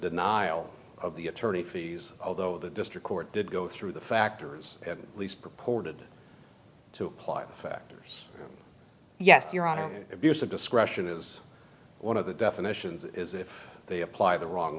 denial of the attorney fees although the district court did go through the factors at least purported to apply the factors yes your honor abuse of discretion is one of the definitions is if they apply the wrong